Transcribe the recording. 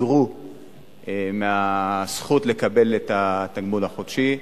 הודרו מהזכות לקבל את התגמול החודשי,